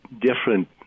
different